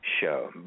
show